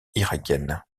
irakienne